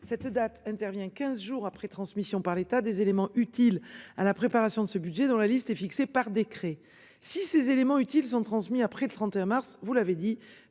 cette date intervient 15 jours après transmission par l'état des éléments utiles à la préparation de ce budget dans la liste est fixé par décret. Si ces éléments utiles sont transmis après le 31 mars, vous l'avez dit,